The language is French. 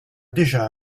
déjà